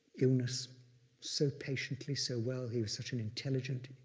illness so patiently, so well, he was such an intelligent,